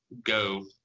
go